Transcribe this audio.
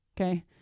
Okay